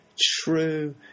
true